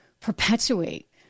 perpetuate